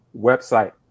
website